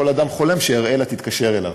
כל אדם חולם שאראלה תתקשר אליו,